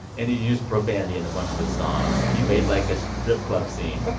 and he used profanity in a bunch of his songs. he made, like, a strip club scene.